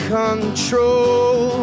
control